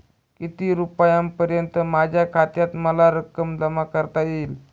किती रुपयांपर्यंत माझ्या खात्यात मला रक्कम जमा करता येईल?